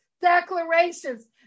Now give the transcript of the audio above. declarations